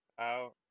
out